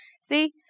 See